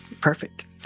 Perfect